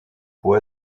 pour